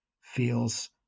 feels